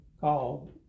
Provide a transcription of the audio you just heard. called